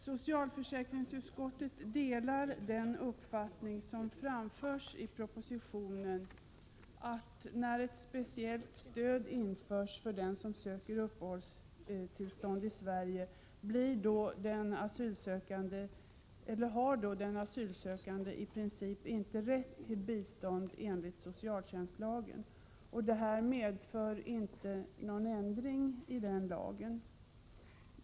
Socialförsäkringsutskottet delar den uppfattning som har framförts i propositionen: När ett speciellt stöd införs för den som söker uppehållstillstånd i Sverige, har den asylsökande i princip inte rätt till bistånd enligt socialtjänstlagen. Detta medför inte någon ändring i den lagen.